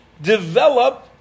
develop